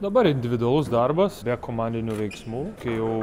dabar individualus darbas be komandinių veiksmų kai jau